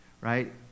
right